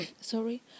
Sorry